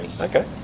Okay